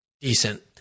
decent